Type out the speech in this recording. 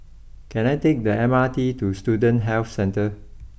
can I take the M R T to Student Health Centre